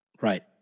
Right